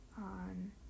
on